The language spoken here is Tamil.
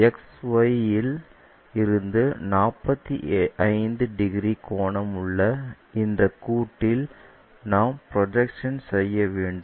XY இல் இருந்து 45 டிகிரி கோணம் உள்ள இந்த கூட்டில் நாம் ப்ரொஜெக்ஷன்ஸ் செய்ய வேண்டும்